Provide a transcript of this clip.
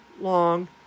long